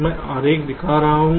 मैं आरेख दिखा रहा हूं